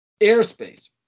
airspace